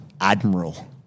admiral